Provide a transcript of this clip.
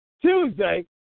Tuesday